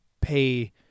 pay –